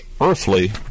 earthly